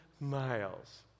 miles